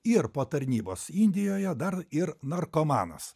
ir po tarnybos indijoje dar ir narkomanas